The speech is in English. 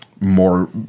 more